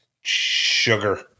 Sugar